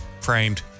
framed